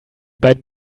beiden